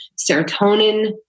serotonin